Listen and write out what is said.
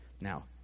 Now